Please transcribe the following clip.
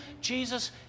Jesus